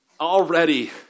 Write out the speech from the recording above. already